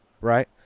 Right